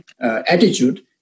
attitude